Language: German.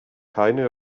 keine